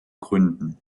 gründen